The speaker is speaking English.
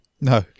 No